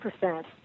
percent